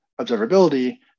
observability